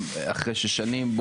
אחרי ששנים,